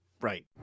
right